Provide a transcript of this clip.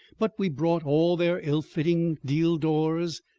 but we brought all their ill-fitting deal doors,